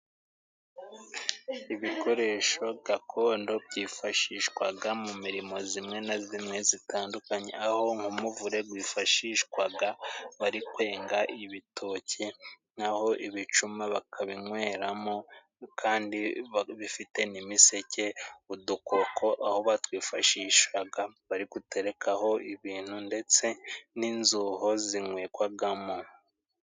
Ibikoresho gakondo byifashishwaga mu mirimo zimwe na zimwe zitandukanye, aho nk'umuvure gwifashishwaga bari kwenga ibitoke, naho ibicuma bakabinweramo, kandi bifite n’imiseke, udukoko aho batwifashishaga bari guterekaho ibintu, ndetse n’inzuho zinwegwagamo.